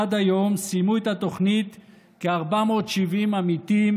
עד היום סיימו את התוכנית כ-470 עמיתים,